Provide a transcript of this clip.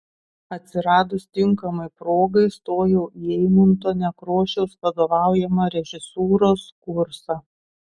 atsiradus tinkamai progai stojau į eimunto nekrošiaus vadovaujamą režisūros kursą